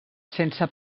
sense